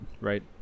right